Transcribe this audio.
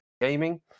gaming